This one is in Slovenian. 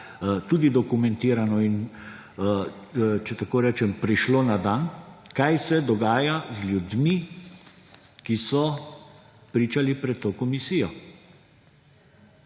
tudi dokumentirano in, če tako rečem, prišlo na dan, kaj se dogaja z ljudmi, ki so pričali pred to komisijo.